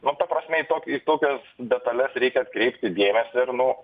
nu ta prasme į tokį į tokias detales reikia dėmesį ir nu